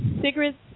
Cigarettes